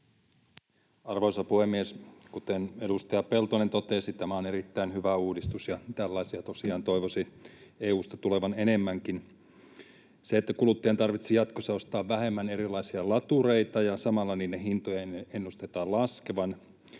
Arvoisa puhemies! Kuten edustaja Peltonen totesi, tämä on erittäin hyvä uudistus, ja tällaisia tosiaan toivoisi EU:sta tulevan enemmänkin. Kun kuluttajan tarvitsisi jatkossa ostaa vähemmän erilaisia latureita ja samalla niiden hintojen ennustetaan laskevan,